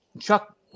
Chuck